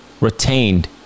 retained